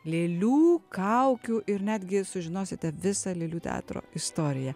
lėlių kaukių ir netgi sužinosite visą lėlių teatro istoriją